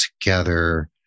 together